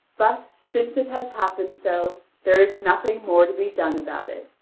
but since it has happened so, there is nothing more to be done about it.